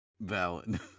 Valid